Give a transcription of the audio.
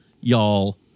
y'all